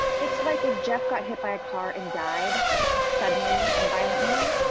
it's like if jeff got hit by a car and died suddenly and violently,